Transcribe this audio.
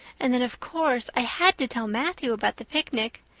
and then, of course, i had to tell matthew about the picnic.